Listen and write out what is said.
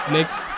Next